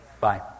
Bye